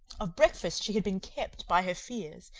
of breakfast she had been kept by her fears,